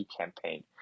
campaign